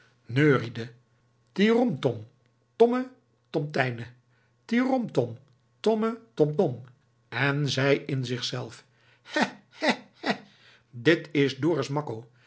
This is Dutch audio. neuriede tiromtom tomme tomtijne tiromtom tomme tomtom en zei in zichzelf hè hè hè dit is dorus makko